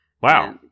Wow